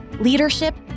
leadership